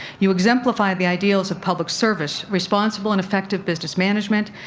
you exemplify the ideals of public service, responsible and effective business management,